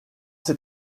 ses